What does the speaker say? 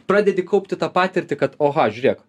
pradedi kaupti tą patirtį kad oha žiūrėk